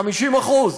50%,